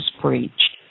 preached